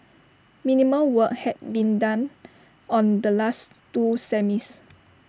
minimal work had been done on the last two semis